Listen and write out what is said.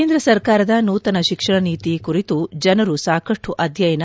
ಕೇಂದ್ರ ಸರ್ಕಾರದ ನೂತನ ಶಿಕ್ಷಣ ನೀತಿ ಕುರಿತು ಜನರು ಸಾಕಷ್ಟು ಅಧ್ಯಯನ